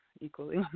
equally